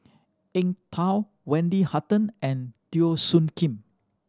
Eng Tow Wendy Hutton and Teo Soon Kim